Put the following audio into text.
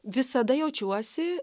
visada jaučiuosi